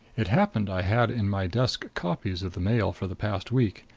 it happened i had in my desk copies of the mail for the past week.